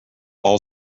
all